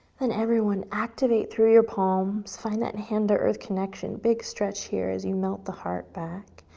and everyone, activate through your palms. find that hand to earth connection. big stretch here as you melt the heart back.